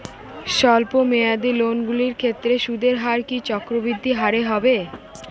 স্বল্প মেয়াদী লোনগুলির ক্ষেত্রে সুদের হার কি চক্রবৃদ্ধি হারে হবে?